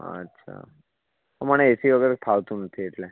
અચ્છા તો મને એસી વગર ફાવતું નથી એટલે